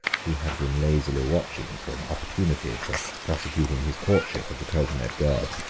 who had been lazily watching for an opportunity for prosecuting his courtship of the coulterneb girl,